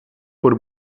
pod